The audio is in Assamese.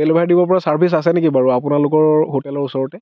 ডেলিভাৰি দিব পৰা ছাৰ্ভিচ আছে নেকি বাৰু আপোনালোকৰ হোটেলৰ ওচৰতে